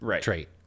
trait